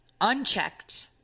unchecked